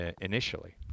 initially